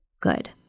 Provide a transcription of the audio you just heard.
good